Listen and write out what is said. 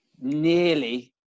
Nearly